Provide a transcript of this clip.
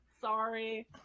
sorry